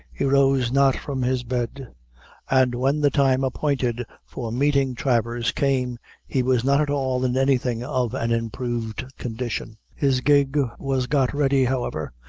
he rose not from his bed and when the time appointed for meeting travers came he was not at all in anything of an improved condition. his gig was got ready, however,